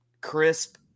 crisp